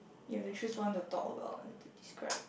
you have to choose one to talk about it to describe